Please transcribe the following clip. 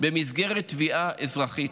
במסגרת תביעה אזרחית,